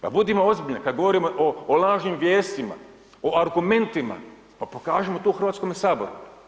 Pa budimo ozbiljni kad govorimo o lažnim vijestima, o argumentima, pa pokažimo to u Hrvatskome saboru.